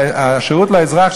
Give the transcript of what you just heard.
השירות לאזרח,